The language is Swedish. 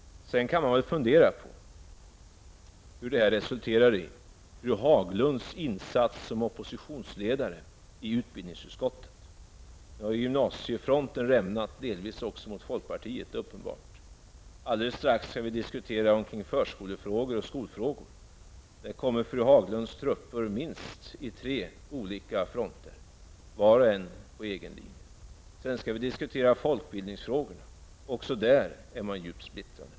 Sedan kan man nog fundera över vilket resultat det här får för fru Haglunds insats som oppositionsledare i utbildningsutskottet. Nu har det ju rämnat på gymnasiefronten, delvis också gentemot folkpartiet -- det är uppenbart. Alldeles strax skall vi diskutera förskolefrågor och andra skolfrågor. Då går fru Haglunds trupper fram på minst tre olika fronter, och var och en har sin linje. Vidare skall vi diskutera folkbildningsfrågor. Också där råder djup splittring.